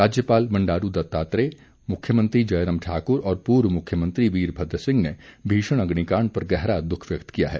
राज्यपाल बंडारू दत्तात्रेय मुख्यमंत्री जयराम ठाक्र और पूर्व मुख्यमंत्री वीरभद्र सिंह ने भीषण अग्निकांड पर गहरा दुःख व्यक्त किया है